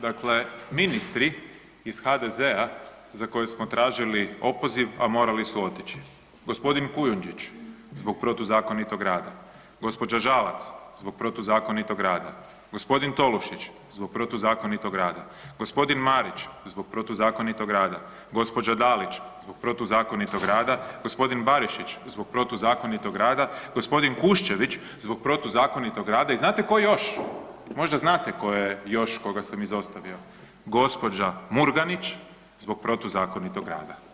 Dakle, ministri iz HDZ-a za koje smo tražili opoziv, a morali su otići, gospodin Kujundžić zbog protuzakonitog rada, gospođa Žalac zbog protuzakonitog rada, gospodin Tolušić zbog protuzakonitog rada, gospodin Marić zbog protuzakonitog rada, gospođa Dalić zbog protuzakonitog rada, gospodin Bariš zbog protuzakonitog rada, gospodin Kušćević zbog protuzakonitog rada i znate tko još, možda znate tko je još koga sam izostavio, gospođa Murganić zbog protuzakonitog rada.